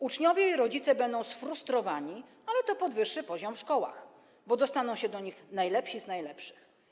Uczniowie i rodzice będą sfrustrowani, ale to podwyższy poziom w szkołach, bo dostaną się do nich najlepsi z najlepszych.